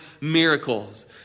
miracles